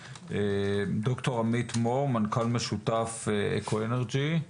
ד"ר עמית מור, מנכ"ל משותף אקו אנרג'י.